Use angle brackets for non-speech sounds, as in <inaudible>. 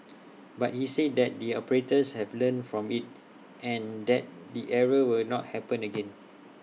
<noise> but he said that the operators have learnt from IT and that the error will not happen again